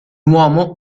uomo